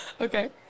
Okay